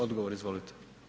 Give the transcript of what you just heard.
Odgovor, izvolite.